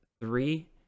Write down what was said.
three